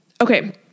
Okay